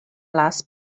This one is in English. last